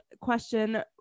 question